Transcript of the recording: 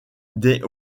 des